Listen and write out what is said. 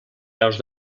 peus